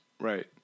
right